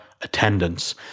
attendance